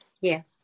Yes